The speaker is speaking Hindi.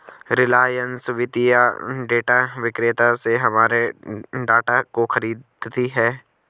रिलायंस वित्तीय डेटा विक्रेता से हमारे डाटा को खरीदती है